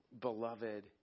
beloved